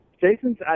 jason's